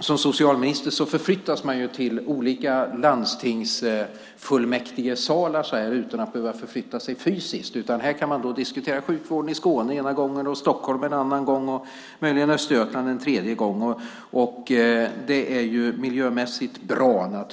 som socialminister förflyttas till olika landstingsfullmäktigesalar utan att behöva förflytta sig fysiskt. Man kan diskutera sjukvården i Skåne den ena gången, i Stockholm en annan gång och möjligen i Östergötland en tredje gång. Det är naturligtvis miljömässigt bra.